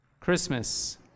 Christmas